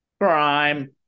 Crime